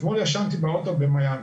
אתמול ישנתי באוטו במיאמי,